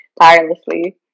tirelessly